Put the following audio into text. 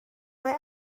mae